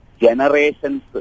generations